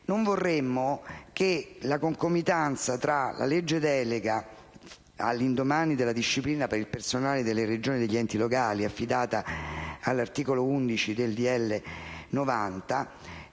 Non vorremmo che la concomitanza tra la legge delega e la disciplina per il personale delle Regioni e degli Enti locali, affidata all'articolo 11 del